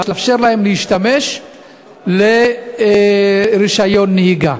לאפשר להם להשתמש בפיקדון לקבלת רישיון נהיגה.